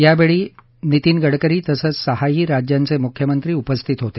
यावेळी नितीन गडकरी तसंच सहाही राज्यांचे मुख्यमंत्री उपस्थित होते